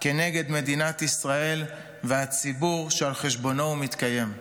כנגד מדינת ישראל והציבור שעל חשבונו הוא מתקיים.